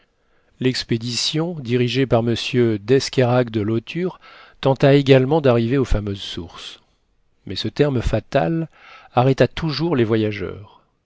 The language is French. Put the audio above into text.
l'expédition dirigée par m d'escayrac de lauture tenta également d'arriver aux fameuses sources mais ce terme fatal arrêta toujours les voyageurs